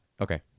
Okay